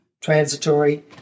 transitory